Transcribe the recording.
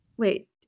Wait